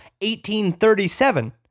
1837